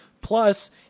Plus